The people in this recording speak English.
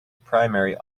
primary